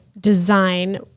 design